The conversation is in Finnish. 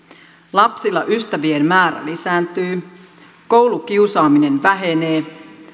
lapsilla ystävien määrä lisääntyy koulukiusaaminen vähenee